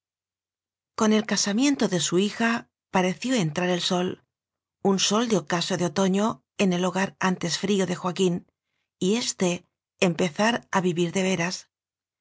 con el casamiento de su hija pareció en trar el sol un sol de ocaso de otoño en el ho gar antes frío de joaquín y éste empezar a vivir de veras